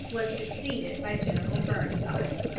was succeeded by general burnside.